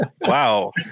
Wow